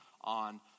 on